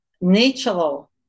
natural